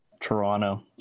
Toronto